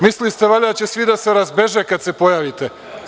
Mislili ste valjda da će svi da se razbeže kad se pojavite.